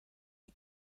die